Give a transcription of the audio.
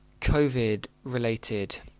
COVID-related